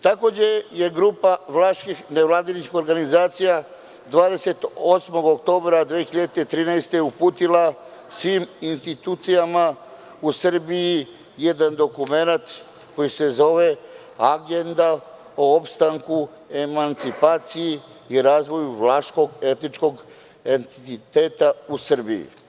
Takođe je grupa vlaških nevladinih organizacija 28. oktobra 2013. godine uputila svim institucijama u Srbiji jedan dokument koji se zove „Agenda o opstanku, emancipaciji i razvoju vlaškog etničkog entiteta u Srbiji“